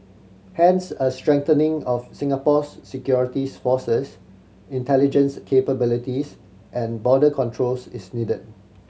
hence a strengthening of Singapore's securities forces intelligence capabilities and border controls is needed